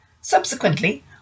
Subsequently